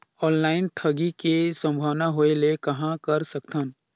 Online ठगी के संभावना होय ले कहां कर सकथन?